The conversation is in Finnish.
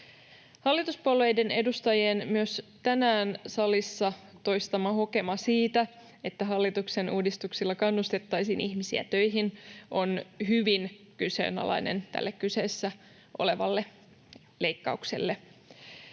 Hallituspuolueiden edustajien myös tänään salissa toistama hokema siitä, että hallituksen uudistuksilla kannustettaisiin ihmisiä töihin, on hyvin kyseenalainen tälle kyseessä olevalle leikkaukselle.